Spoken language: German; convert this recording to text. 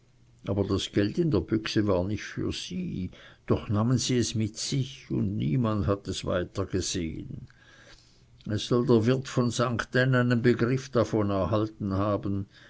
aber das geld in der büchse war nicht für sie doch nahmen sie es mit sich und niemand hat es weiter gesehen es soll der wirt von st n einen begriff davon erhalten haben